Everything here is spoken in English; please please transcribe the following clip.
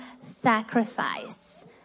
sacrifice